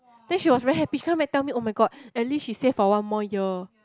then she was very happy she come back tell me [oh]-my-god at least she stay for one more year